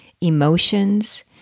emotions